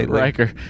Riker